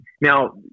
Now